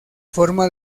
forma